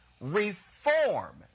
reform